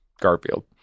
Garfield